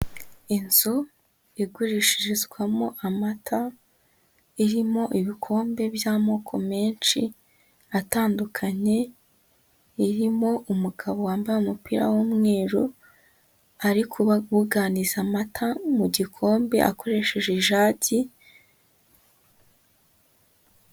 Inzu igurishirizwamo amata irimo, ibikombe by'amoko menshi atandukanye, irimo umugabo wambaye umupira w'umweru, ari kubunganiza amata mu gikombe akoresheje ijagi.